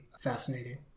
fascinating